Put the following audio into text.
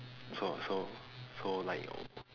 so so so like